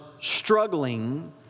struggling